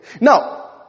Now